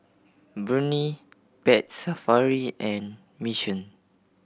Burnie Pet Safari and Mission